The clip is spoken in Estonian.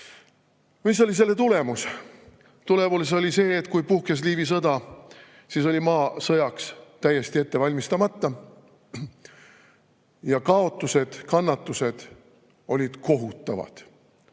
Mis oli selle tulemus? Tulemus oli see, et kui puhkes Liivi sõda, siis oli maa sõjaks täiesti ette valmistamata. Ja kaotused, kannatused olid kohutavad.